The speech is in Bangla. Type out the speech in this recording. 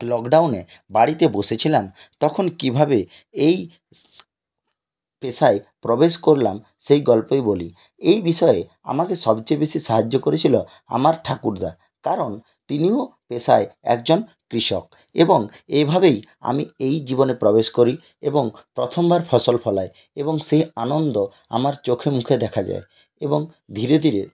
লকডাউনে বাড়িতে বসে ছিলাম তখন কীভাবে এই পেশায় প্রবেশ করলাম সেই গল্পই বলি এই বিষয়ে আমাকে সবচেয়ে বেশি সাহায্য করেছিল আমার ঠাকুরদা কারণ তিনিও পেশায় একজন কৃষক এবং এভাবেই আমি এই জীবনে প্রবেশ করি এবং প্রথম বার ফসল ফলাই এবং সেই আনন্দ আমার চোখে মুখে দেখা যায় এবং ধীরে ধীরে